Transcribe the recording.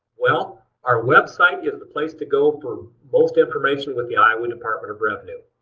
well our website is the place to go for most information with the iowa department of revenue.